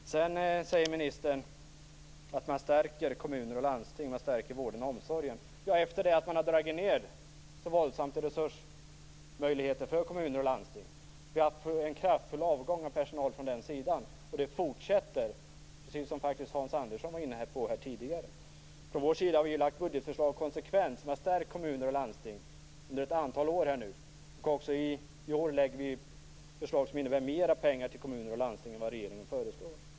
Ministern säger också att man stärker kommuner och landsting, att man stärker vård och landsting. Ja - efter det att man våldsamt har dragit ned på resursmöjligheterna för kommuner och landsting! Vi har haft en kraftfull avgång av personal på den sidan och det fortsätter, precis som Hans Andersson var inne på här tidigare. Från vår sida har vi konsekvent lagt fram budgetförslag som har stärkt kommuner och landsting under ett antal år. Också i år lägger vi fram förslag som innebär mer pengar till kommuner och landsting än vad regeringen föreslår.